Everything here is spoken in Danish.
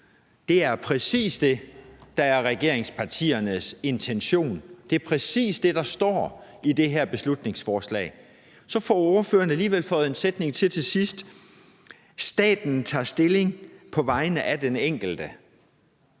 det er præcis det, der er regeringspartiernes intention. Det er præcis det, der står i det her beslutningsforslag. Så får ordføreren alligevel tilføjet en sætning til sidst om, at staten tager stilling på vegne af den enkelte.